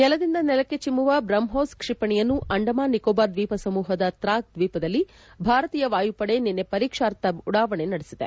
ನೆಲದಿಂದ ನೆಲಕ್ಕೆ ಚಿಮ್ಲುವ ಬ್ರಹ್ಮೋಸ್ ಕ್ಷಿಪಣಿಯನ್ನು ಅಂಡಮಾನ್ ನಿಕೋಬಾರ್ ದ್ವೀಪ ಸಮೂಹದ ತ್ರಾಕ್ ದ್ವೀಪದಲ್ಲಿ ಭಾರತೀಯ ವಾಯುಪಡೆ ನಿನ್ನೆ ಪರೀಕ್ಷಾರ್ಥ ಉಡಾವಣೆ ನಡೆಸಿದೆ